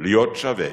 להיות שווה,